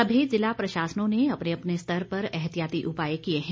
सभी जिला प्रशासनों ने अपने अपने स्तर पर एहतियाती उपाय किए हैं